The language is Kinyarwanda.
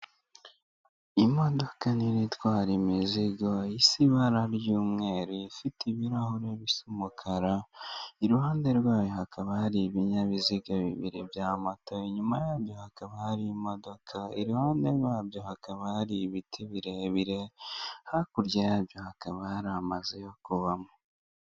Ni iguriro ricuruza ibikoresho by'imitako, hakaba harimo ibitandukanye mu mabara menshi, hahagaze umudamu wambaye iby'umukara, akaba agaragara nk'aho ari we ucuruza.